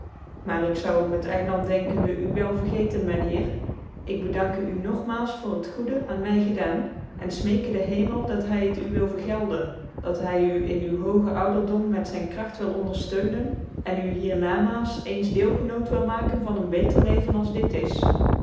maar ik zoude om het eiland denkende u wel vcr geten myn heer ik bcdankc uw nog maals voor het goede aan my gedaan en fmeeke den hemel dat hy het u wil vergelden dat hy u in uwen ho gen ouderdom met zyn kragt wilonderfteunen en u hier namaals cens deelgenoot wil maken van een beter leven als dit is